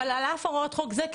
אבל על אף הוראות חוק זה,